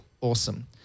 awesome